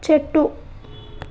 చెట్టు